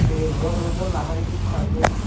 जेरै मन'रन्जन लाहारिनि खारलुं